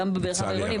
גם במרחב העירוני.